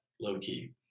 low-key